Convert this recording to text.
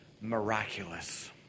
miraculous